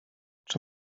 czy